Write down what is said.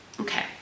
Okay